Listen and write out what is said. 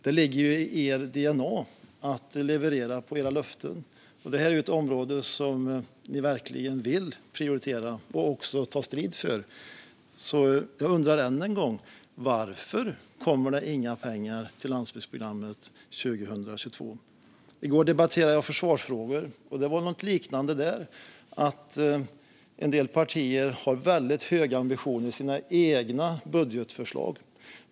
Det ligger ju i ert dna att leverera på era löften, och detta är ett område som ni verkligen vill prioritera och ta strid för. Jag undrar alltså än en gång: Varför kommer det inga pengar till landsbygdsprogrammet 2022? I går debatterade jag försvarsfrågor. Det var något liknande där: En del partier har väldigt höga ambitioner i sina egna budgetförslag.